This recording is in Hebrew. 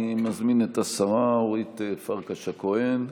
אני מזמין את השרה אורית פרקש הכהן,